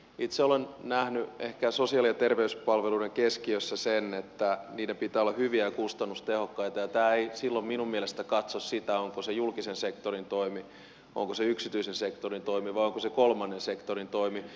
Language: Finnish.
itse olen nähnyt ehkä sosiaali ja terveyspalveluiden keskiössä sen että niiden pitää olla hyviä ja kustannustehokkaita ja tämä ei silloin minun mielestäni katso sitä onko se julkisen sektorin toimi onko se yksityisen sektorin toimi vai onko se kolmannen sektorin toimi